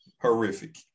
horrific